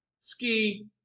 Ski